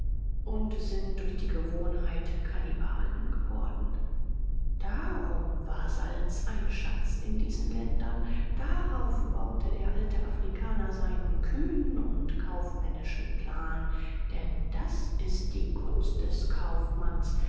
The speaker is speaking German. und sind durch die gewohnheit kannibalen geworden darum war salz ein schatz in diesen ländern darauf baute der alte afrikaner seinen kühnen und kaufmännischen plan denn das ist die kunst des kaufmanns